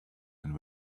and